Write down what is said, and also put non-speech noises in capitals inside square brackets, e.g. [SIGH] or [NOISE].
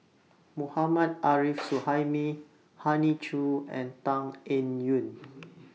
Mohammad Arif Suhaimi [NOISE] Hoey Choo and Tan Eng Yoon [NOISE]